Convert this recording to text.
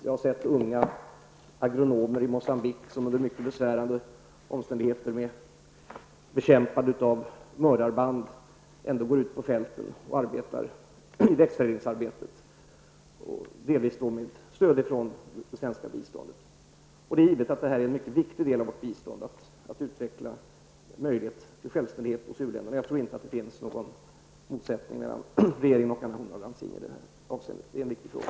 Jag har sett unga agronomer i Moçambique, som under mycket besvärande omständigheter, bekämpade av mördarband, går ut på fälten och arbetar med växtförädlingen, som delvis fått stöd ur det svenska biståndet. Det är givet att det är en mycket viktig del av vårt bistånd, att utveckla möjligheten till självständighet hos uländerna. Jag tror inte att det finns någon motsättning mellan regeringen och Anna Horn af Rantzien i detta avseende. Detta är en viktig fråga.